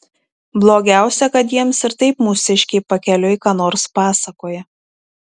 blogiausia kad jiems ir taip mūsiškiai pakeliui ką nors pasakoja